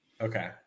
Okay